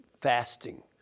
fasting